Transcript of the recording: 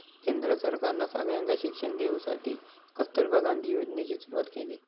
केंद्र सरकारना सगळ्यांका शिक्षण देवसाठी कस्तूरबा गांधी योजनेची सुरवात केली